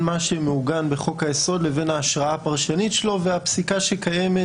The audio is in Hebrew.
מה שמעוגן בחוק היסוד לבין ההשראה הפרשנית שלו והפסיקה שקיימת